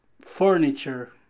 furniture